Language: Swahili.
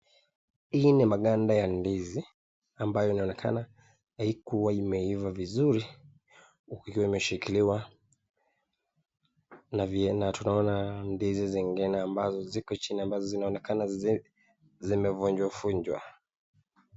Hizi ni maganda ya ndizi ambayo inaonekana haikuwa imeiva vizuri ukiwa umeshikiliwa tunaona ndizi zingine ambazo ziko chini ambazo zinaonekana zimevunjwa vunjwa.